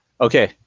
Okay